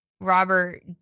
Robert